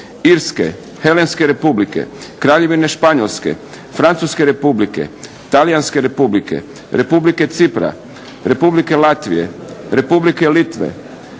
Republike Njemačke, Kraljevine Španjolske, Francuske Republike, Talijanske Republike, Republike Cipra, Republike Latvije, Republike Litve,